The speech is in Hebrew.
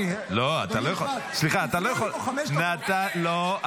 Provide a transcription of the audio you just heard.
אני --- פה חמש דקות --- לא,